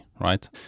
right